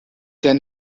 der